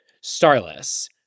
Starless